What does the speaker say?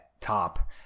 top